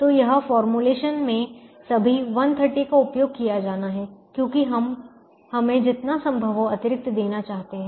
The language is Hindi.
तो यह फॉर्मूलेशन मे सभी 130 का उपयोग किया जाना है क्योंकि हम हमें जितना संभव हो अतिरिक्त देना चाहते हैं